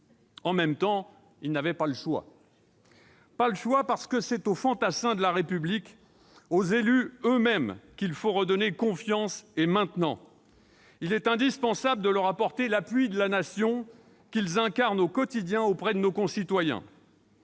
En même temps », il n'avait pas le choix, parce que c'est aux fantassins de la République, aux élus eux-mêmes qu'il faut redonner confiance, et ce maintenant. Il est indispensable de leur apporter l'appui de la Nation qu'ils incarnent au quotidien auprès de nos concitoyens,